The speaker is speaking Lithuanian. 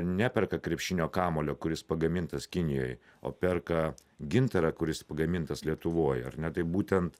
neperka krepšinio kamuolio kuris pagamintas kinijoj o perka gintarą kuris pagamintas lietuvoj ar ne tai būtent